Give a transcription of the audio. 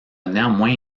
néanmoins